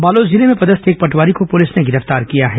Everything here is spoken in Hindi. बालोद जिले में पदस्थ एक पटवारी को पुलिस ने गिरफ्तार किया है